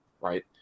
Right